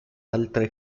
altre